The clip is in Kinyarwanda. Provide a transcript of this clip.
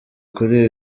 kuri